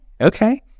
Okay